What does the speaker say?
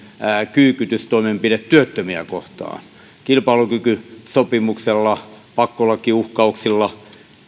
kyykytystoimenpide työttömiä kohtaan kilpailukykysopimuksella pakkolakiuhkauksilla